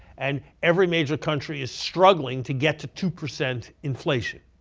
and every major country is struggling to get to two percent inflation.